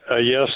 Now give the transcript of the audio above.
yes